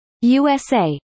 USA